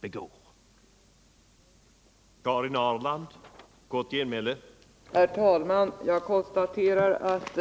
begår. Alkoholpolitiska frågor Alkoholpolitiska frågor